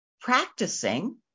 practicing